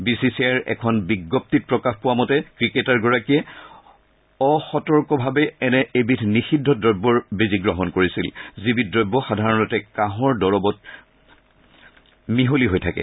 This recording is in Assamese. বি চি চি আই ৰ এখন বিজ্ঞপ্তিত প্ৰকাশ পোৱা মতে ক্ৰিকেটাৰগৰাকীয়ে অসতৰ্কভাৱে এনে এবিধ নিষিদ্ধ দ্ৰব্যৰ বেজী গ্ৰহণ কৰিছিল যিবিধ দ্ৰব্য সাধাৰণতে কাঁহৰ দৰৱত মিহলি হৈ থাকে